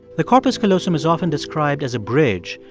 the corpus callosum is often described as a bridge,